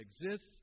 exists